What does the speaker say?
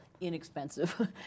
inexpensive